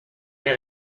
les